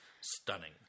stunning